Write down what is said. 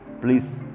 please